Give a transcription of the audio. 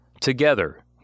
Together